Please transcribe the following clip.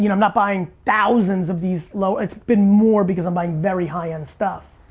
you know i'm not buying thousands of these low, it's been more because i'm buying very high end stuff.